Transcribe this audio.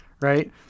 right